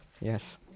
Yes